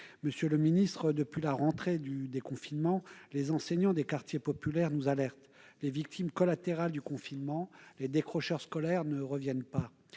Monsieur le ministre, depuis la rentrée du déconfinement, les enseignants des quartiers populaires nous alertent : les victimes collatérales du confinement, à savoir les décrocheurs scolaires, ne reviennent pas